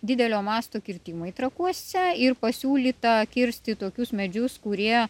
didelio masto kirtimai trakuose ir pasiūlyta kirsti tokius medžius kurie